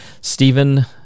Stephen